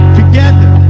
together